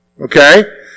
Okay